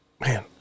Man